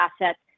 assets